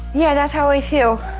yeah, that's how i feel.